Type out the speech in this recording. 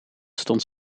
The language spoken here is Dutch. stond